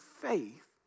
faith